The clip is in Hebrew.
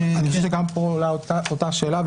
גם כאן עולה אותה שאלה.